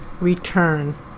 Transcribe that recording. Return